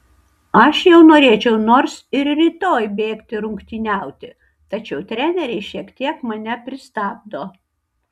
aš jau norėčiau nors ir rytoj bėgti rungtyniauti tačiau treneriai šiek tiek mane pristabdo